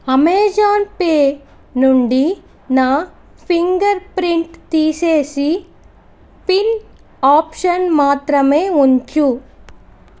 Amazon Pay నుండి నా fingerprint తీసేసి పిన్ ఆప్షన్ మాత్రమే ఉంచు